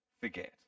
forget